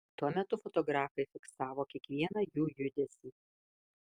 tuo metu fotografai fiksavo kiekvieną jų judesį